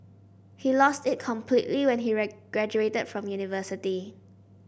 he lost it completely when he graduated from university